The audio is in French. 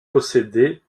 posséder